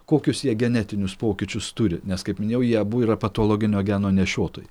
kokius jie genetinius pokyčius turi nes kaip minėjau jie abu yra patologinio geno nešiotojai